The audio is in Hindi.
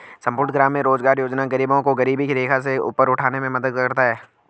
संपूर्ण ग्रामीण रोजगार योजना गरीबों को गरीबी रेखा से ऊपर उठाने में मदद करता है